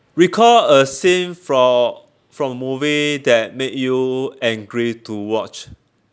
recall a scene fro~ from movie that made you angry to watch